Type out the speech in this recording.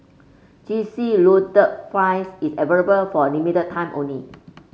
Cheesy Loaded Fries is available for a limited time only